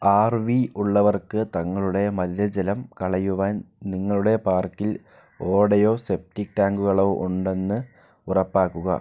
R വി ഉള്ളവർക്ക് തങ്ങളുടെ മലിന ജലം കളയുവാൻ നിങ്ങളുടെ പാർക്കിൽ ഓടയോ സെപ്റ്റിക് ടാങ്കുകളോ ഉണ്ടെന്ന് ഉറപ്പാക്കുക